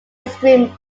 extreme